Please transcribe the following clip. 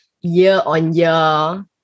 year-on-year